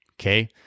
Okay